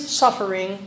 suffering